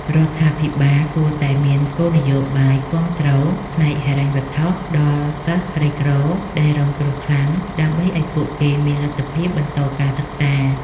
រដ្ឋាភិបាលគួរតែមានគោលនយោបាយគាំទ្រផ្នែកហិរញ្ញវត្ថុដល់សិស្សក្រីក្រដែលរងគ្រោះខ្លាំង ដើម្បីឱ្យពួកគេមានលទ្ធភាពបន្តការសិក្សា។